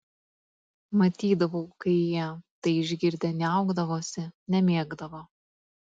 matydavau kai jie tai išgirdę niaukdavosi nemėgdavo